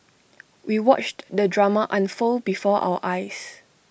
we watched the drama unfold before our eyes